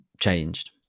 changed